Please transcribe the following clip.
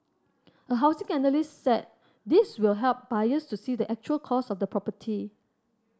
a housing analyst said this will help buyers to see the actual cost of the property